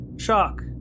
Shock